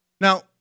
Now